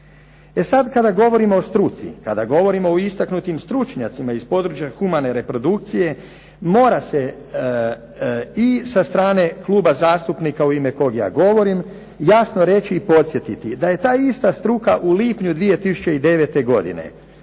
E sad kada govorimo o struci, kada govorimo o istaknutim stručnjacima iz područja humane reprodukcije mora se i sa strane kluba zastupnika u ime kog ja govorim jasno reći i podsjetiti da je ta ista struka u lipnju 2009. godine